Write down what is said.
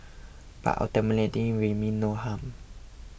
but ultimately we mean no harm